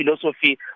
philosophy